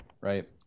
right